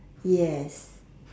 yes